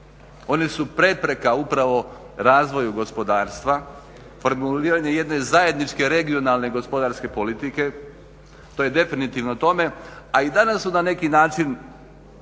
one su prepreka upravo razvoju gospodarstva, formuliranje jedne zajedničke regionalne gospodarske politike, to je definitivno tome. A i danas su na neki način